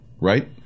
Right